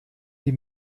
die